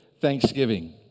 thanksgiving